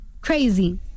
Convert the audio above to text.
crazy